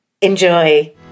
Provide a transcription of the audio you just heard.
Enjoy